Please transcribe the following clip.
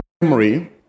memory